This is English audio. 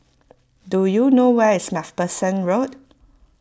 do you know where is MacPherson Road